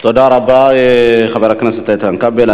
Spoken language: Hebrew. אני חלק מהפורום, תודה רבה, חבר הכנסת איתן כבל.